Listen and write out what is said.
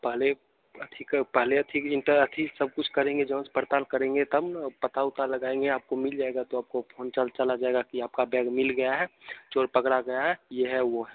पहले अथी क पहले अथी क इंटर अथी सब कुछ करेंगे जाँच पड़ताल करेंगे तब न पता उता लगाएँगे आपको मिल जाएगा तो आपको फोन चल चला जाएगा कि आपका बैग मिल गया है चोर पकड़ा गया है ये है वो है